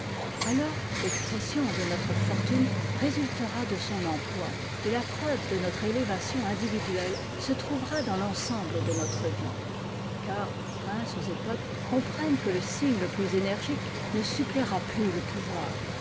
alors l'expression de notre fortune résultera de son emploi et la preuve de notre élévation individuelle se trouvera dans l'ensemble de notre vie car princes et peuples comprennent que le signe le plus énergique ne suppléera plus le pouvoir